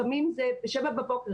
לפעמים זה ב-7:00 בבוקר,